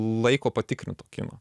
laiko patikrintu kinu